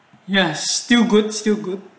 yes still good still good